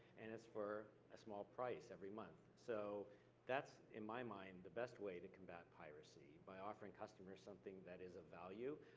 and it's for a small price every month. so that's, in my mind, the best way to combat piracy, by offering customers something that is of value.